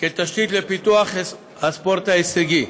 כתשתית לפיתוח הספורט ההישגי,